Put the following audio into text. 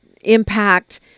impact